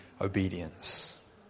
obedience